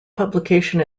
publication